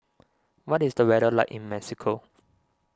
what is the weather like in Mexico